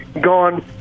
gone